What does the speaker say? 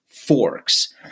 Forks